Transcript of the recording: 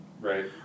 Right